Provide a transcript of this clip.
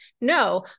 no